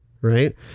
right